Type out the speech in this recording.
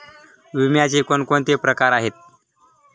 विम्याचे कोणकोणते प्रकार आहेत?